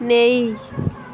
नेईं